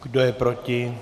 Kdo je proti?